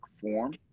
form